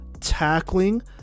tackling